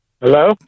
Hello